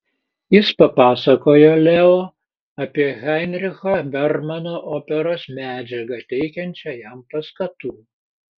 jis papasakojo leo apie heinricho bermano operos medžiagą teikiančią jam paskatų